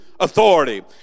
Authority